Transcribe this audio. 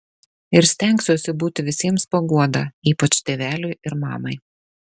ir stengsiuosi būti visiems paguoda ypač tėveliui ir mamai